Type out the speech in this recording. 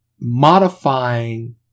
modifying